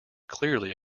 clearly